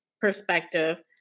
perspective